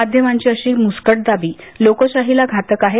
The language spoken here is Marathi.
माध्यमांची अशी मुस्कटदाबी लोकशाहीला घातक आहे